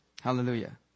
Hallelujah